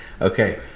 Okay